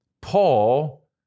Paul